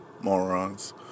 Morons